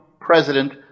President